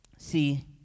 See